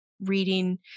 reading